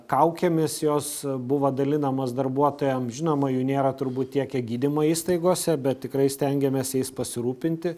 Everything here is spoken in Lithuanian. kaukėmis jos buvo dalinamos darbuotojam žinoma jų nėra turbūt tiek kiek gydymo įstaigose bet tikrai stengiamės jais pasirūpinti